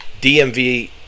DMV